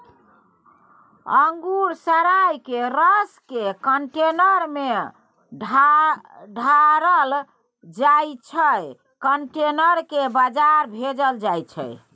अंगुर सराए केँ रसकेँ कंटेनर मे ढारल जाइ छै कंटेनर केँ बजार भेजल जाइ छै